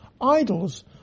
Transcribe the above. Idols